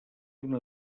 una